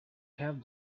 have